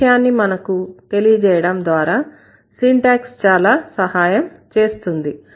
ఈ విషయాన్ని మనకు తెలియజేయడం ద్వారా సింటాక్స్ చాలా సహాయం చేస్తుంది